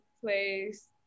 place